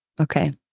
Okay